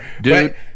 Dude